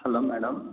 hello madam